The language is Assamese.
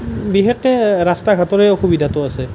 বিশেষকৈ ৰাস্তা ঘাটৰে অসুবিধাটো আছে